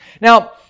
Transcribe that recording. Now